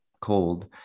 cold